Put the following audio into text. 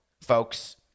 folks